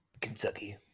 Kentucky